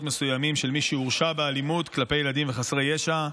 מסוימים של מי שהורשע באלימות כלפי ילדים וחסרי ישע.